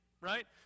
right